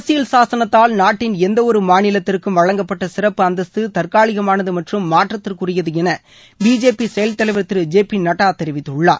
அரசியல் சாசனத்தால் நாட்டின் எந்தவொரு மாநிலத்திற்கும் வழங்கப்பட்ட சிறப்பு அந்தஸ்து தற்காலிகமானது மற்றும் மாற்றத்திற்குரியது என பிஜேபி செயல் தலைவர் திரு ஜே பி நட்டா தெரிவித்துள்ளார்